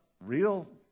real